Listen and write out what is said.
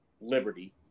Liberty